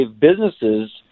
businesses